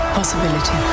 Possibility